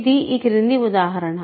ఇది ఈ క్రింది ఉదాహరణ